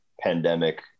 pandemic